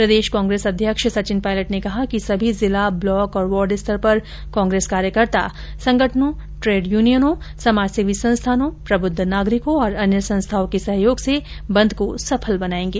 प्रदेश कांग्रेस अध्यक्ष सचिन पायलट ने कहा कि सभी जिला ब्लॉक और वार्ड स्तर पर कांग्रेस कार्यकर्ता संगठनों ट्रेड यूनियनों समाजसेवी संस्थानों प्रबुद्ध नागरिकों और अन्य संस्थाओं के सहयोग से बंद को सफल बनायेंगे